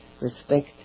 respect